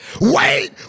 Wait